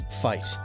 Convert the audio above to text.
Fight